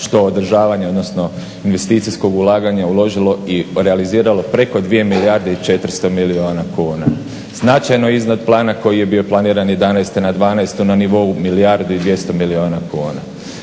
što održavanja, odnosno investicijskog ulaganja uložilo i realiziralo preko 2 milijarde i 400 milijuna kuna. Značajno iznad plana koji je bio planiran 11.-te na 12.-tu na nivou milijardu i 200 milijuna kuna.